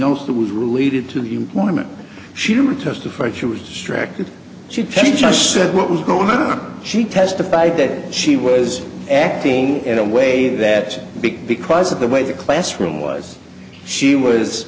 else that was related to the employment she returns to fight she was distracted she just said what was going on she testified that she was acting in a way that big because of the way the classroom was she was